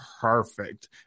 perfect